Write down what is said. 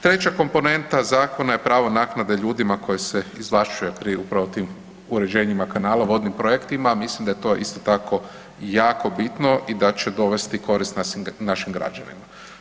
Treća komponenta zakona je pravo naknade ljudima koje se izvlašćuje pri upravo tim uređenjima kanala vodnim projektima, mislim da je to isto tako jako bitno i da će dovesti korist našim građanima.